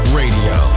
radio